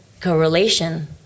correlation